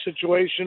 situation